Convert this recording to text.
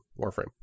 Warframe